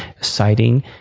citing